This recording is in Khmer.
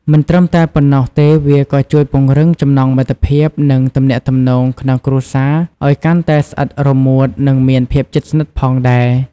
មិនត្រឹមតែប៉ុណ្ណោះទេវាក៏ជួយពង្រឹង ចំណងមិត្តភាព និងទំនាក់ទំនងក្នុងគ្រួសារ ឱ្យកាន់តែស្អិតរមួតនឹងមានភាពជិតស្និតផងដែរ ។